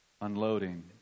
unloading